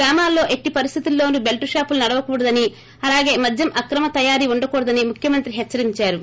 గ్రామాల్లో ఎట్టి పరిస్థితుల్లోనూ బెల్టుషాపులు నడవకూడదని అలాగే మద్యం అక్రమ తయారీ ఉండకూడదని ముఖ్యమంత్రి హెచ్చరించారు